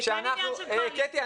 קטי,